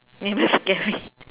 maybe scary